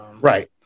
right